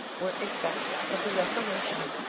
were effects of the reformation,